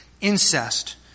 incest